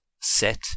set